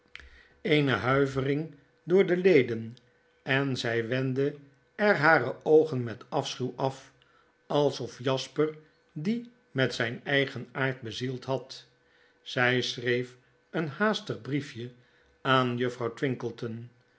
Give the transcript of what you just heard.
eene huivering door de leden en zg wendde er hare oogen met afschuw af alsof jasper dien met zijn eigen aard bezield had zjj schreef een haastig briefje aan juffrouw